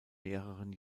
mehreren